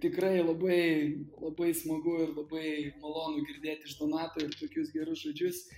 tikrai labai labai smagu ir labai malonu girdėt iš donato ir tokius gerus žodžius